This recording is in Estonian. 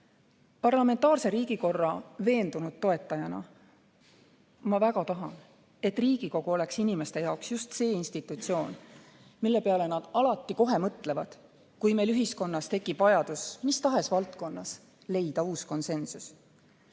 Parlamentaarse riigikorra veendunud toetajana ma väga tahan, et Riigikogu oleks inimeste jaoks just see institutsioon, mille peale nad alati kohe mõtlevad, kui meil ühiskonnas tekib vajadus mistahes valdkonnas leida uus konsensus.